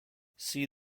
see